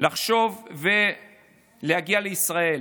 המדינות לחשוב להגיע לישראל,